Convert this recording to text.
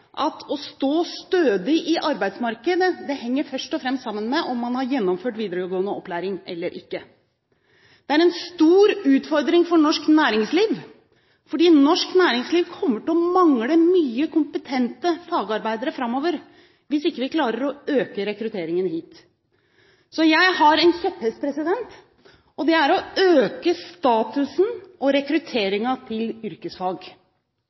at å stå stødig i arbeidsmarkedet først og fremst henger sammen med om man har gjennomført videregående opplæring eller ikke. Dette er en stor utfordring for norsk næringsliv, fordi norsk næringsliv kommer til å mangle mange kompetente fagarbeidere framover hvis ikke vi klarer å øke rekrutteringen hit. Så jeg har en kjepphest, og det er å øke statusen og rekrutteringen til yrkesfag.